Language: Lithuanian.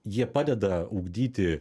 jie padeda ugdyti